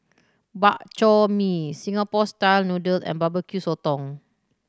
Bak Chor Mee Singapore style noodle and Barbecue Sotong